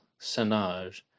Senage